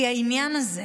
כי העניין הזה